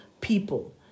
people